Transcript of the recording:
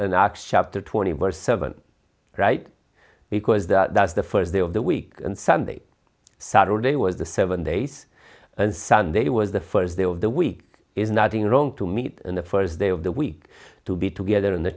accepted twenty were seven right because that was the first day of the week and sunday saturday was the seven days and sunday was the first day of the week is nothing wrong to meet the first day of the week to be together